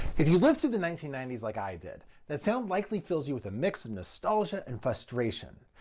if you lived through the nineteen ninety s, like i did, that sound likely fills you with a mix of nostalgia and frustration.